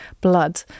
blood